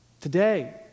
Today